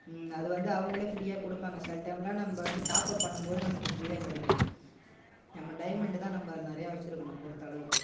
அது வந்து அவங்களே ஃப்ரீயாக கொடுப்பாங்க சில டைம்லாம் நம்ம வந்து டாப்அப் பண்ணும் போது நமக்கு ஃப்ரீயாக கிடைக்கும் நம்ம டைமண்ட் தான் நம்ம நிறையா வச்சுருக்கணும் பொறுத்த அளவுக்கு